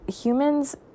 Humans